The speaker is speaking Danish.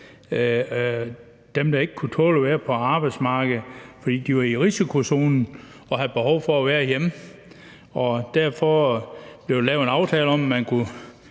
dem, der ikke kunne tåle at være på arbejdsmarkedet, fordi de var i risikozonen og havde behov for at være hjemme. Derfor blev der lavet en aftale om, at man kunne